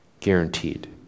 guaranteed